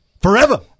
Forever